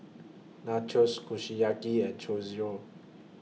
Nachos Kushiyaki and Chorizo